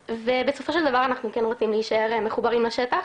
ובסופו של דבר אנחנו כן רוצים להישאר מחוברים לשטח,